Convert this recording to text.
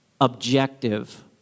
objective